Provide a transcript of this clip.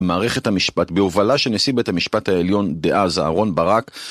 מערכת המשפט, בהובלה של נשיא בית המשפט העליון דאז אהרון ברק